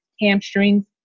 hamstrings